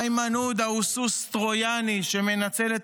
איימן עודה הוא סוס טרויאני שמנצל את